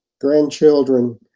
grandchildren